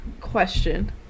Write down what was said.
question